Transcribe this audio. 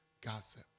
Gossip